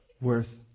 worth